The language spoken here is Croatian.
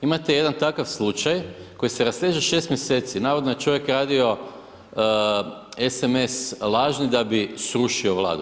Imate jedan takav slučaj koji se rasteže 6 mjeseci, navodno je čovjek radio SMS lažni da bi srušio Vladu.